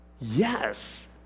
Yes